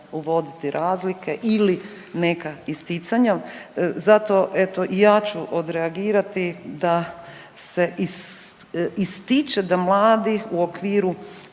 uvoditi razlike ili neka isticanja, zato eto, ja ću odreagirati da se ističe da mladi u okviru